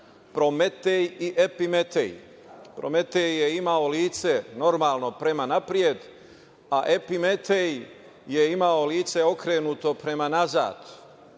Prometej i Epimetej. Prometej je imao lice normalno prema napred, a Epimetej je imao lice okrenuto prema nazad.